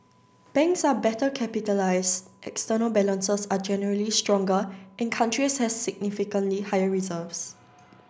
banks are better capitalised external balances are generally stronger and countries have significantly higher reserves